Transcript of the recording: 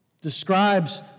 Describes